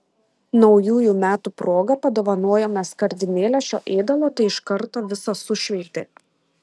naujųjų metų proga padovanojome skardinėlę šio ėdalo tai iš karto visą sušveitė